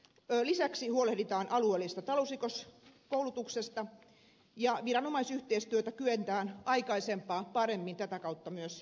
lisäksi huolehditaan alueellisesta talousrikoskoulutuksesta ja viranomaisyhteistyötä kyetään aikaisempaa paremmin tätä kautta myös tiivistämään